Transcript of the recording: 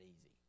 easy